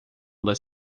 das